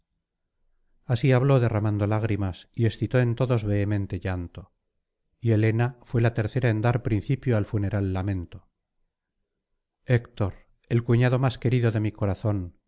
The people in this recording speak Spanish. así habló derramando lágrimas y excitó en todos vehemente llanto y helena fué la tercera en dar principio al funeral lamento héctor el cuñado más querido de mi corazón